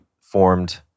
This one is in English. formed